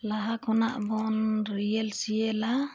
ᱞᱟᱦᱟ ᱠᱷᱚᱱᱟᱜ ᱵᱚᱱ ᱨᱤᱦᱟᱨᱥᱮᱞᱟ